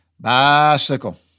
bicycle